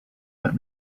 let